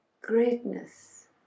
greatness